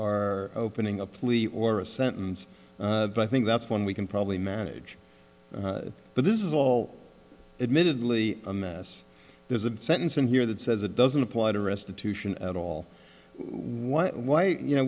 are opening a plea or a sentence i think that's when we can probably manage but this is all admittedly a mess there's a sentence in here that says it doesn't apply to restitution at all why why you know